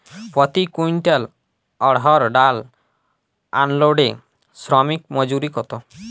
প্রতি কুইন্টল অড়হর ডাল আনলোডে শ্রমিক মজুরি কত?